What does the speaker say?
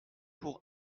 pour